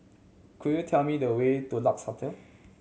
could you tell me the way to Lex Hotel